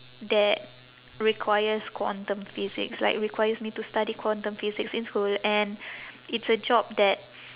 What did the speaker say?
that requires quantum physics like requires me to study quantum physics in school and it's a job that